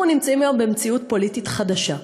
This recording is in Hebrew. אנחנו נמצאים היום במציאות פוליטית חדשה,